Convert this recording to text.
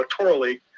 electorally